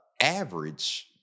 average